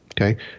Okay